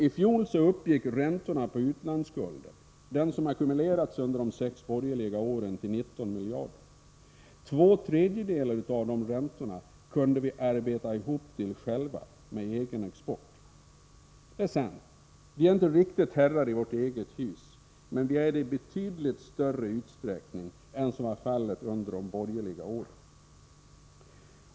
I fjol uppgick räntorna på utlandsskulden, som ackumulerats under de borgerliga åren, till 19 miljarder kronor. Två tredjedelar av de räntorna kunde vi arbeta ihop till själva, med ökad export. Det är sant: vi är inte riktigt herrar i vårt eget hus, men vi är det i betydligt större utsträckning än som var fallet under de borgerliga åren.